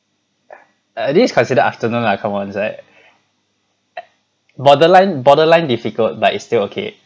at least consider afternoon lah come on it's like borderline borderline difficult but it's still okay